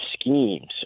schemes